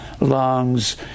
lungs